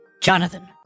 Jonathan